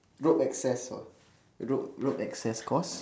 rope access uh rope rope access course